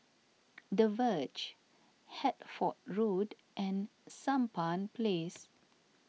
the Verge Hertford Road and Sampan Place